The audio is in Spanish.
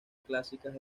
clásicas